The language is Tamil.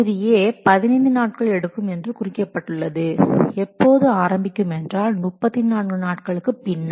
தொகுதி A 15 நாட்கள் எடுக்கும் என்று குறிக்கப்பட்டுள்ளது எப்போது ஆரம்பிக்கும் என்றால் 34 நாட்களுக்கு பின்னர்